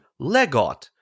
legot